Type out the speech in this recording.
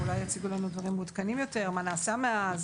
אולי יציגו לנו דברים מעודכנים יותר על מה נעשה מאז,